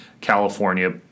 California